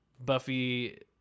Buffy